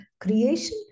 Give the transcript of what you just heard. creation